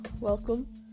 welcome